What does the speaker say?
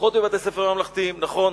פחות בבתי-ספר ממלכתיים, נכון.